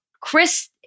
Chris